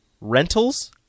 Rentals